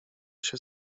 się